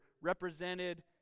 represented